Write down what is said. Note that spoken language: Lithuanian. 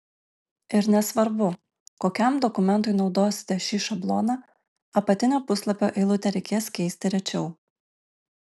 ir nesvarbu kokiam dokumentui naudosite šį šabloną apatinę puslapio eilutę reikės keisti rečiau